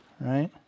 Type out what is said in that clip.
right